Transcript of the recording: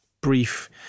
brief